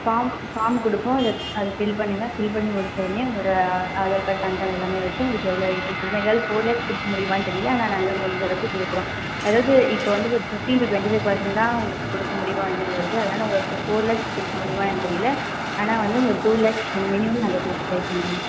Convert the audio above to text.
form form கொடுப்போம் அதை அதை ஃபில் பண்ணுங்கள் ஃபில் பண்ணி முடிச்சோன்னே உங்களோட ஆதார் கார்டு பான் கார்டு எல்லாமே வச்சு உங்களுக்கு எவ்வளோ எஜுக்கேஷன் வேணுமோ எங்களால் ஃபோர் லேக்ஸ் கொடுக்க முடியுமான்னு தெரியல ஆனால் நாங்கள் முடிஞ்சளவுக்கு கொடுக்குறோம் அதாவது இப்போ வந்து ஒரு fifteen to twenty five percent தான் உங்களுக்கு கொடுக்க முடியும் அந்தமாதிரி வருது அதனால் உங்களுக்கு ஃபோர் லேக்ஸ் கொடுக்க முடியுமான்னு தெரியல ஆனால் வந்து உங்களுக்கு டூ லேக்ஸ் மினிமம் நாங்கள் கொடுக்க ட்ரை பண்ணுறோம்